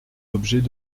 objets